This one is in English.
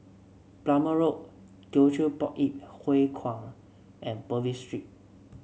Plumer Road Teochew Poit Ip Huay Kuan and Purvis Street